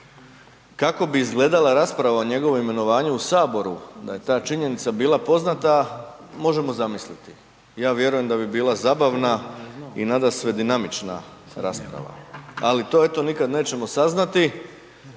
Kako bi izgledala rasprava o njegovu imenovanju u Saboru da je ta činjenica bila poznata, možemo zamisliti, ja vjerujem da bi bila zabavna i nadasve dinamična rasprava. Ali to eto nikad nećemo saznati